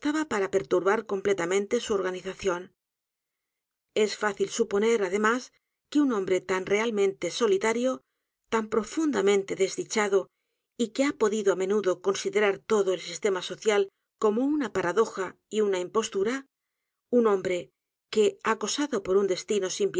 para perturbar completamente su organización es fácil suponer a d e m á s que un hombre tan realmente solitario tan profundamente desdichado y que h a podido á menudo considerar todo el sistema social como una paradoja y una impostura un hombre que acosado por un destino sin